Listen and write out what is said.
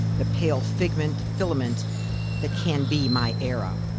the pale filament filament that can be my era.